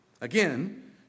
Again